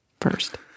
first